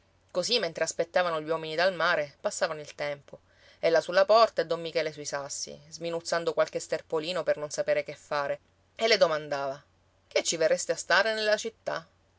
così mentre aspettavano gli uomini dal mare passavano il tempo ella sulla porta e don michele sui sassi sminuzzando qualche sterpolino per non sapere che fare e le domandava che ci verreste a stare nella città